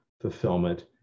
fulfillment